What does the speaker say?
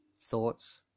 thoughts